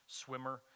swimmer